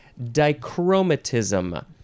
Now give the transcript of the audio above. dichromatism